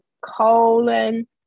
colon